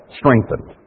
strengthened